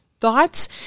thoughts